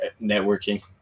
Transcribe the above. networking